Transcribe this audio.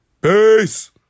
Peace